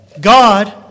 God